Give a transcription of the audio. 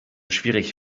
schwierig